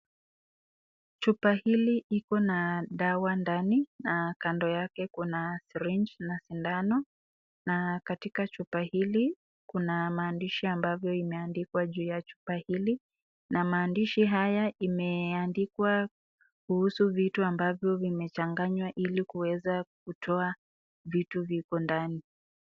Chupa hili iko na dawa ndani, na kando yake kuna syringe na sindano, na katika chupa hili kuna maandishi ambavyo imeandikwa juu ya chupa hili, na maandishi haya imeandikwa kuhusu vitu ambavyo vimechanganywa ili kuweza kutoa vitu viko ndani.